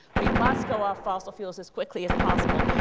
we must go off fossil fuels as quickly as possible.